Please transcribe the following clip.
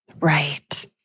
Right